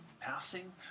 passing